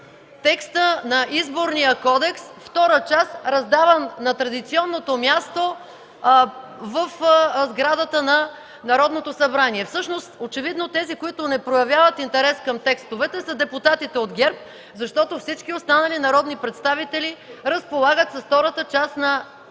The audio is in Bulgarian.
текста на Изборния кодекс – втора част, раздаван на традиционното място в сградата на Народното събрание. Всъщност очевидно тези, които не проявяват интерес към текстовете, са депутатите от ГЕРБ, защото всички останали народни представители разполагат с втората част на